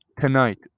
tonight